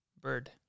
Bird